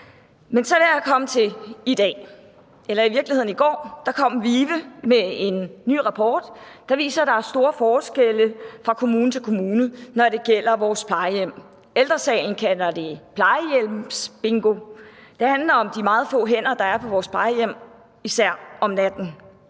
Men lad os så komme til i dag – eller i virkeligheden i går – for da kom VIVE med en ny rapport, der viser, at der er store forskelle fra kommune til kommune, når det gælder vores plejehjem. Ældre Sagen kalder det for plejehjemsbingo, og det handler om de meget få hænder, der er på vores plejehjem, til at tage